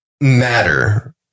matter